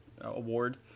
award